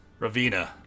Ravina